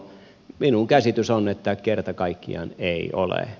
minun käsitykseni on että kerta kaikkiaan ei ole